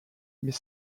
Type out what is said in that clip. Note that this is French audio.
mais